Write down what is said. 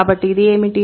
కాబట్టి ఇది ఏమిటి